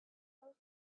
earth